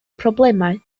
problemau